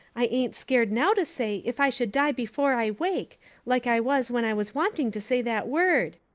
i ain't scared now to say if i should die before i wake like i was when i was wanting to say that word.